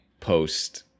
post-